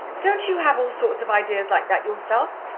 don't you have all sorts of ideas like that yourself?